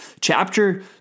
Chapter